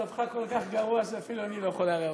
מצבך כל כך גרוע שאני אפילו לא יכול להרע לך.